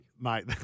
Mate